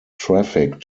traffic